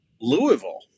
Louisville